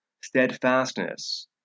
steadfastness